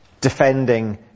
defending